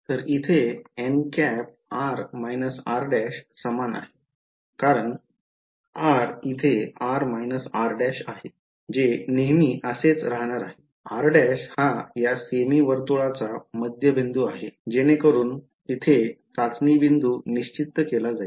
तर इथे r r' समान आहे कारण r इथे r r' आहे जे नेहमी असेच राहणार आहे r' हा या सेमी वर्तुळाचा मध्यबिंदू आहे जेणेकरून येथे चाचणी बिंदू निश्चित केला जाईल